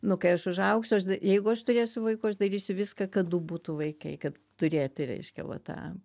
nu kai aš užaugsiu aš jeigu aš turėsiu vaikų aš darysiu viską kad du būtų vaikai kad turėti reiškia va tą